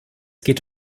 geht